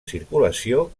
circulació